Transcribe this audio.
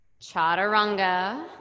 chaturanga